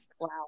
Wow